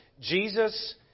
Jesus